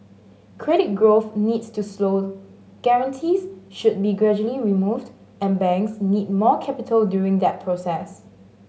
credit growth needs to slow guarantees should be gradually removed and banks need more capital during that process